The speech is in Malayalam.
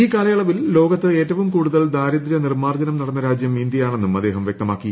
ഈ കാലയളവിൽ ലോകത്ത് ഏറ്റവും കൂടുതൽ ദാരിദ്ര്യ നിർമ്മാർജ്ജനം നടന്ന രാജ്യം ഇന്ത്യയാണെന്നും അദ്ദേഹം വ്യക്തമാക്കി